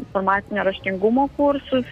informacinio raštingumo kursus